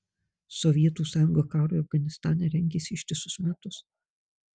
sovietų sąjunga karui afganistane rengėsi ištisus metus